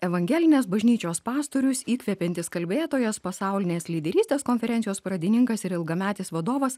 evangelinės bažnyčios pastorius įkvepiantis kalbėtojas pasaulinės lyderystės konferencijos pradininkas ir ilgametis vadovas